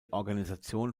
organisation